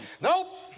nope